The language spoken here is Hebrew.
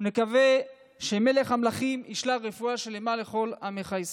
נקווה שמלך המלכים ישלח רפואה שלמה לכל עמך ישראל.